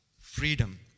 freedom